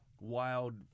wild